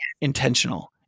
intentional